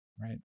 right